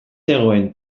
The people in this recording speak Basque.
zegoen